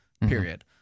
Period